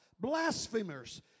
blasphemers